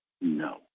No